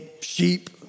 sheep